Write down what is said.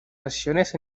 acciones